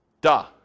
Duh